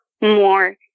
more